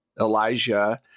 Elijah